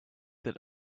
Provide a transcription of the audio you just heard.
that